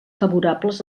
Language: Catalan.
favorables